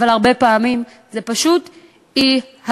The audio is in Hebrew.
אבל הרבה פעמים זה פשוט אי-הבנה.